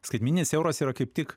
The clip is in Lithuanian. skaitmeninis euras yra kaip tik